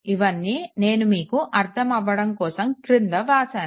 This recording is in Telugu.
ఇవ్వన్ని నేను మీకు అర్థం అవ్వడం కోసం క్రింద వ్రాసాను